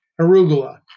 Arugula